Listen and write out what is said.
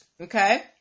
okay